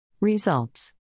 Results